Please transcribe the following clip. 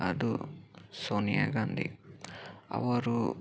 ಅದು ಸೋನಿಯಾ ಗಾಂಧಿ ಅವರು